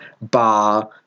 bar